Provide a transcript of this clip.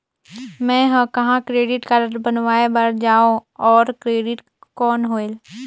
मैं ह कहाँ क्रेडिट कारड बनवाय बार जाओ? और क्रेडिट कौन होएल??